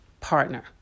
partner